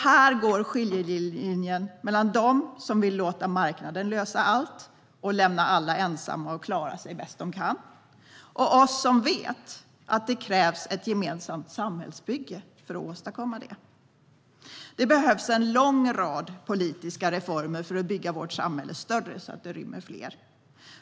Här går skiljelinjen mellan dem som vill låta marknaden lösa allt, lämna alla ensamma och låta dem klara sig bäst de kan och oss som vet att det krävs ett gemensamt samhällsbygge för att åstadkomma det. Det behövs en lång rad politiska reformer för att bygga vårt samhälle större så att det rymmer fler.